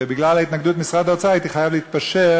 ובגלל התנגדות משרד האוצר הייתי חייב להתפשר,